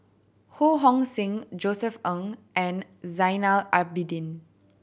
Ho Hong Sing Josef Ng and Zainal Abidin